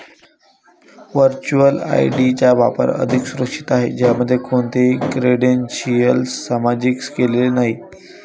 virtual ID चा वापर अधिक सुरक्षित आहे, ज्यामध्ये कोणतीही क्रेडेन्शियल्स सामायिक केलेली नाहीत